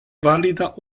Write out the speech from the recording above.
valida